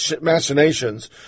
machinations